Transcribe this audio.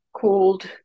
called